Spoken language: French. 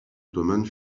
ottomane